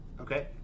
Okay